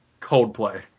Coldplay